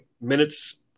minutes